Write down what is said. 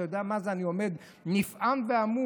אתה יודע מה זה, אני עומד נפעם והמום.